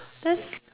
that's